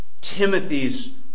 Timothy's